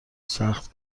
سخت